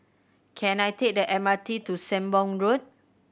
can I take the M R T to Sembong Road